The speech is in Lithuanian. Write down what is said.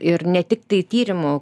ir ne tik tai tyrimo